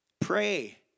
Pray